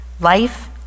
Life